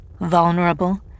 vulnerable